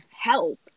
help